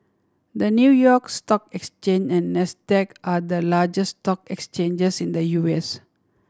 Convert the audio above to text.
the New York Stock Exchange and Nasdaq are the largest stock exchanges in the U S